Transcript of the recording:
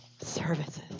services